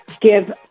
give